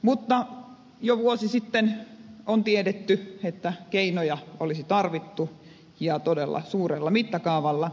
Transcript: mutta jo vuosi sitten on tiedetty että keinoja olisi tarvittu ja todella suurella mittakaavalla